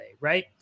right